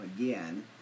again